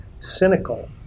cynical